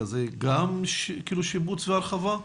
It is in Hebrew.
זה גם שיפוץ והרחבה?